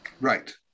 Right